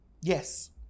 yes